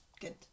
good